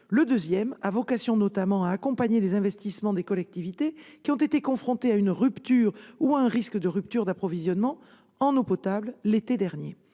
particulièrement vocation à accompagner les investissements des collectivités qui ont été confrontées à une rupture ou un risque de rupture d'approvisionnement en eau potable l'été dernier.